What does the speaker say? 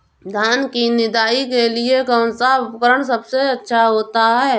धान की निदाई के लिए कौन सा उपकरण सबसे अच्छा होता है?